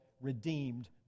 redeemed